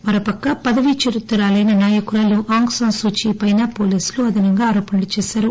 మరోపక్క పదవీచ్యుతురాలైన నాయకురాలు ఆంగ్ సాస్ సూచీ పైన వోలీసులు అదనంగా ఆరోపణలు చేశారు